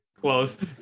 close